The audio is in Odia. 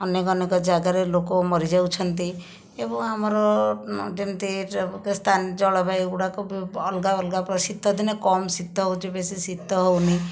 ଅନେକ ଅନେକ ଜାଗାରେ ଲୋକ ମରିଯାଉଛନ୍ତି ଏବଂ ଆମର ଯେମିତି ଜଳବାୟୁଗୁଡ଼ାକ ଅଲଗା ଅଲଗା ଶୀତଦିନେ କମ୍ ଶୀତ ହେଉଛି ବେଶି ଶୀତ ହେଉନାହିଁ